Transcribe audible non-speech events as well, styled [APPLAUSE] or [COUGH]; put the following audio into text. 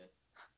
[BREATH]